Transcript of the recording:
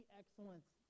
excellence